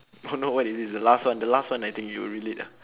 oh no what is this the last one the last one I think you will relate ah